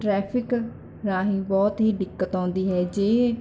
traffic ਰਾਹੀਂ ਬਹੁਤ ਹੀ ਦਿੱਕਤ ਆਉਂਦੀ ਹੈ ਜੇ